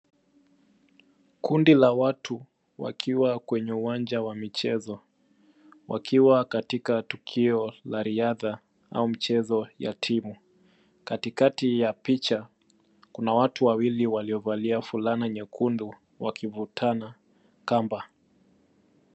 Kundi la watu wakiwa kwenye uwanja wa michezo ,wakiwa katika tukio la riadha au mchezo ya timu katikati ya picha kuna watu wawili waliovalia fulana nyekundu wakivutana kamba.